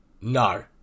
No